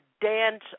dance